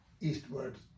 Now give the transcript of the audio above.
eastwards